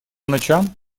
ночам